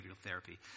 therapy